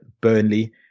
Burnley